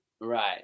Right